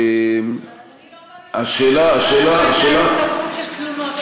אבל אדוני לא אומר שהייתה הצטברות של תלונות על משתלות.